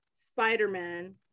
Spider-Man